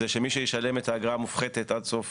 שמי שישלם את האגרה המופחתת עד סוף